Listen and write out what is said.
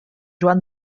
joan